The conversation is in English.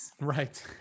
Right